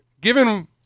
given